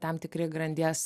tam tikri grandies